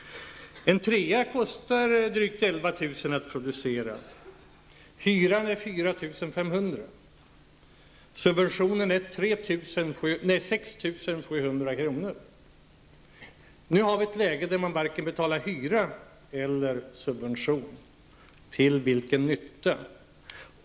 En trea kostar drygt 11 000 kr. att producera. Hyran är 4 500 kr., och subventionen är 6 700 kr. Nu har vi ett läge där man varken betalar hyra eller subvention. Till vilken nytta?